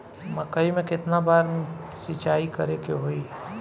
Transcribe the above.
मकई में केतना बार सिंचाई करे के होई?